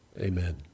amen